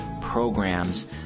programs